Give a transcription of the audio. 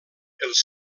els